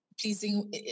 pleasing